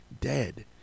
dead